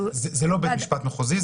זה לא בית משפט מחוזי,